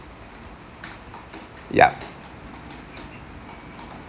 ya